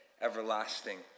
everlasting